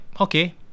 Okay